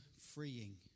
freeing